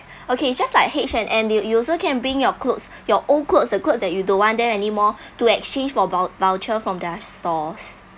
okay it's just like H&M you you also can bring your clothes your old clothes the clothes that you don't want that anymore to exchange for vou~ vouchers from their stores